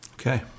okay